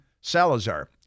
Salazar